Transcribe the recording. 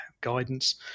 guidance